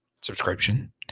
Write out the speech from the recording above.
subscription